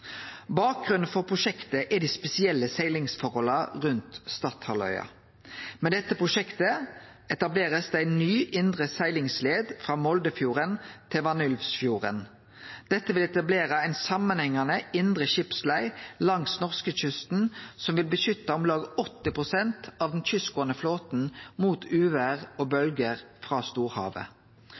Bakgrunnen for prosjektet er dei spesielle seglingsforholda rundt Stadhalvøya. Med dette prosjektet blir det etablert ei ny indre seglingslei frå Moldefjorden til Vanylvsfjorden. Dette vil etablere ei samanhengjande indre skipslei langs norskekysten, som vil beskytte om lag 80 pst. av den kystgåande flåten mot uvêr og bølgjer frå storhavet.